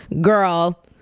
girl